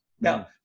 Now